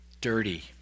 dirty